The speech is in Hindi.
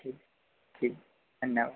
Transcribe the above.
ठीक ठीक धन्यवाद